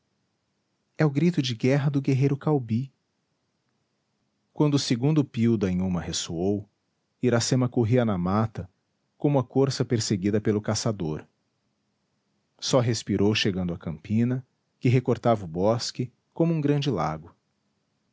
é o grito de guerra do guerreiro caubi quando o segundo pio da inhuma ressoou iracema corria na mata como a corça perseguida pelo caçador só respirou chegando à campina que recortava o bosque como um grande lago